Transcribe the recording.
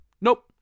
nope